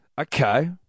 Okay